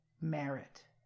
merit